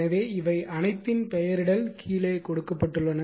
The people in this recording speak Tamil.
எனவே இவை அனைத்தின் பெயரிடல் கீழே கொடுக்கப்பட்டுள்ளன